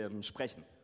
sprechen